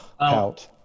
out